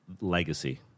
legacy